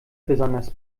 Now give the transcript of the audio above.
besonders